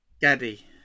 Gaddy